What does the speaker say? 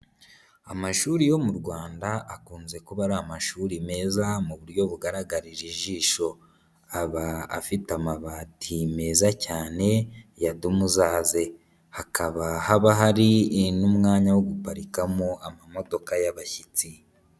Amashuri yo mu Rwanda akunze kuba ari amashuri meza mu buryo bugaragarira ijisho, aba afite amabati meza cyane ya dumuzazi, hakaba haba hari n'umwanya wo guparikamo amamodoka y'abashyitsi.